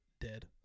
dead